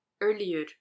earlier